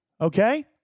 Okay